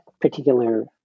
particular